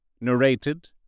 Narrated